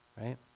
right